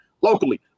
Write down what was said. locally